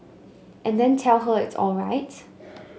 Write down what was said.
and then tell her it's alright